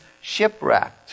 shipwrecked